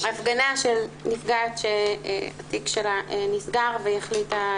הפגנה של נפגעת שהתיק שלה נסגר והיא החליטה,